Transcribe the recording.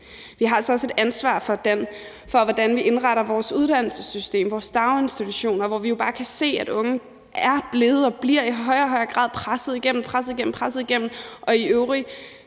Vi har altså også et ansvar for, hvordan vi indretter vores uddannelsessystem, vores daginstitutioner, hvor vi jo bare har kunnet se, at de unge i højere og højere grad er blevet presset igennem og presset igennem, og i øvrigt